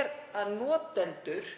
er að notendur